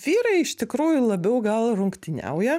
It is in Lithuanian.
vyrai iš tikrųjų labiau gal rungtyniauja